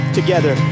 together